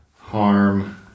harm